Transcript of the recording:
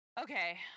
Okay